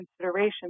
consideration